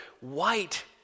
white